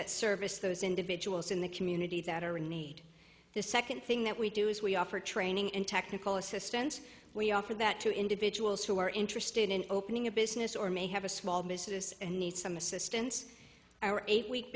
that service those individuals in the communities that are in need the second thing that we do is we offer training and technical assistance we offer that to individuals who are interested in opening a business or may have a small business and need some assistance our eight week